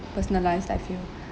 personalised I feel